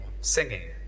singing